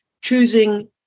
choosing